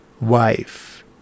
wife